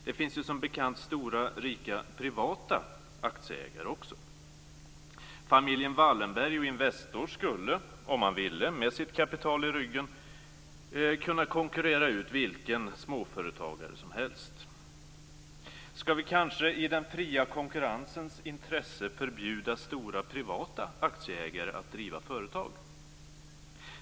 Det finns som bekant stora, rika privata aktieägare också. Familjen Wallenberg och Investor skulle, om man ville, med sitt kapital i ryggen kunna konkurrera ut vilken småföretagare som helst. Skall vi kanske, i den fria konkurrensens intresse, förbjuda stora privata aktieägare att driva företag?